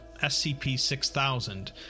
SCP-6000